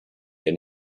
and